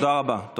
תודה רבה.